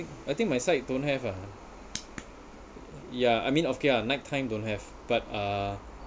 I think I think my side don't have ah ya I mean okay lah night time don't have but uh